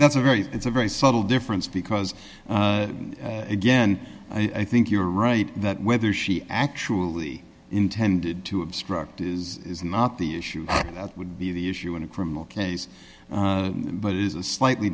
that's a very it's a very subtle difference because again i think you're right that whether she actually intended to obstruct is is not the issue that would be the issue in a criminal case but it is a slightly